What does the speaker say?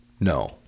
No